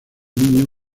niño